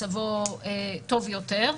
מצבו טוב יותר,